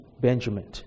Benjamin